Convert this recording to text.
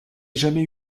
jamais